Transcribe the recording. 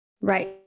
Right